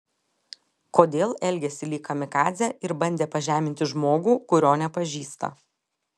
kodėl elgėsi lyg kamikadzė ir bandė pažeminti žmogų kurio nepažįsta